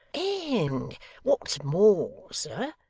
and what's more, sir,